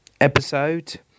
episode